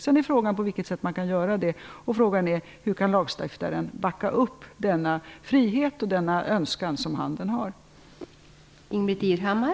Sedan är frågan på vilket sätt man kan göra det och hur lagstiftaren kan backa upp denna frihet och denna önskan som handeln har.